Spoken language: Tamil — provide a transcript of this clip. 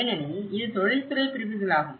ஏனெனில் இது தொழில்துறை பிரிவுகளாகும்